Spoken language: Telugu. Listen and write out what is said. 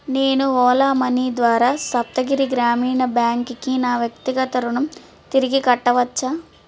నేను ఓలా మనీ ద్వారా సప్తగిరి గ్రామీణ బ్యాంక్కి నా వ్యక్తిగత రుణం తిరిగి కట్టవచ్చా